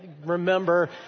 remember